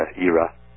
era